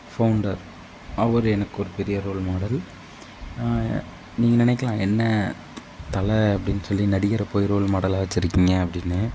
founder அவர் எனக்கு ஒரு பெரிய ரோல் மாடல் நீங்கள் நினைக்கலாம் என்ன தலை அப்டின்னு சொல்லி நடிகரை போய் ரோல் மாடலாக வெச்சிருக்கீங்க அப்படின்னு